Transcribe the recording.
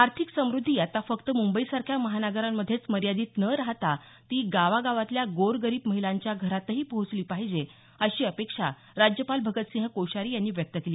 आर्थिक समुद्धी आता फक्त मुंबईसारख्या महानगरांमध्येच मर्यादीत न राहता ती गावागावातल्या गोरगरीब महिलांच्या घरातही पोहोचली पाहिजे अशी अपेक्षा राज्यपाल भगत सिंह कोश्यारी यांनी व्यक्त केली